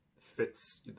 fits